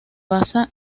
basa